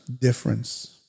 difference